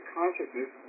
consciousness